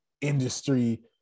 industry